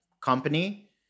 company